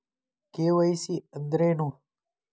KYC ಅಂದ್ರೇನು?